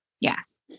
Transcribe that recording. Yes